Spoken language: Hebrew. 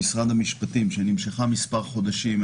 שנמשכה מספר חודשים,